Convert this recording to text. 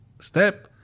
step